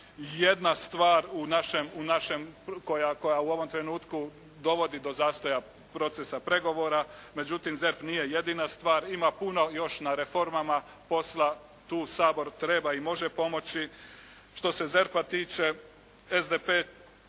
jedna stvar koja u ovom trenutku dovodi do zastoja procesa pregovora, međutim ZERP nije jedina stvar. Ima puno još na reformama posla, tu Sabor treba i može pomoći. Što se ZERP-a tiče SDP